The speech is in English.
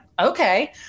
okay